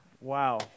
Wow